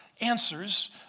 answers